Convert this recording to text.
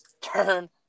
Turn